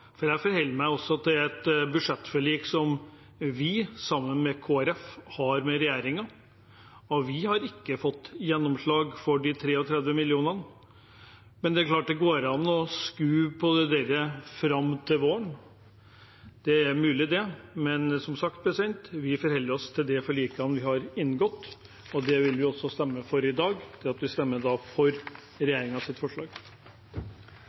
for jeg forholder meg til et budsjettforlik som vi, sammen med Kristelig Folkeparti, har med regjeringen, og vi har ikke fått gjennomslag for de 33 mill. kr – er det klart det går an å skyve på dette fram til våren. Det er mulig. Men som sagt: Vi forholder oss til det forliket vi har inngått, og vi stemmer i dag for regjeringspartienes forslag. Arbeids- og velferdsdirektoratet anslår at